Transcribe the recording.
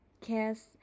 kiss